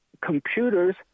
computers